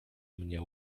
mnie